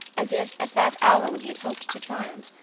as if, at that hour when he had hoped to triumph,